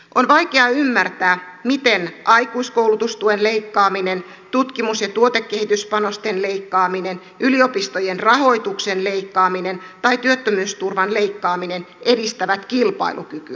on vaikea ymmärtää miten aikuiskoulutustuen leikkaaminen tutkimus ja tuotekehityspanosten leikkaaminen yliopistojen rahoituksen leikkaaminen tai työttömyysturvan leikkaaminen edistävät kilpailukykyä